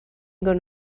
gun